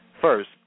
first